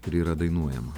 kuri yra dainuojama